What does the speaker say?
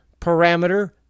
parameter